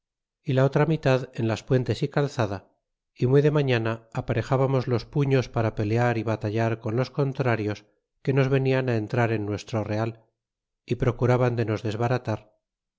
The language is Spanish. y la otra mitad en las puentes y calzada y muy de mañana aparejábamos los pulíos para pelear y batallar con los contrarios que nos venian entrar en nuestro real y procuraban de nos desbaratar